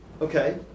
okay